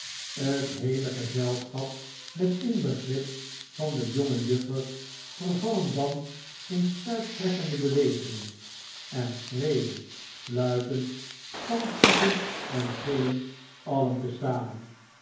het geheele gezelschap met inbegrip van de jongejuffer vervallen dan in stuiptrekkende bewegingen en schreeuwen fluiten stampvoeten en gillen alien te zamen